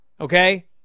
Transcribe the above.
Okay